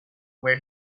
where